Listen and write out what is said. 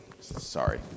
sorry